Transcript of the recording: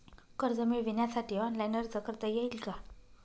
कर्ज मिळविण्यासाठी ऑनलाइन अर्ज करता येईल का?